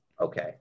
Okay